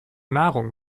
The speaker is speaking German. nahrung